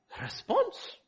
response